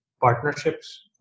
partnerships